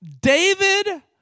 David